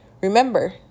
Remember